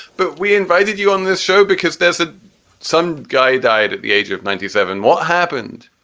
but we invited you on this show because there's a some guy died at the age of ninety seven. what happened?